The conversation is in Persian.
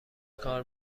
کار